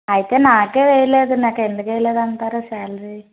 అయితే నాకే వేయలేదు నాకు ఎందుకు వెయ్యలేదంటారు శాలరీ